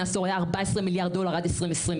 עשור היה 14 מיליארד דולר עד 2022,